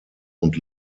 und